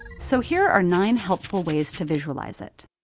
so here are nine helpful ways to visualize it.